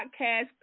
podcast